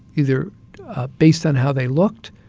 either based on how they looked,